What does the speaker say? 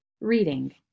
reading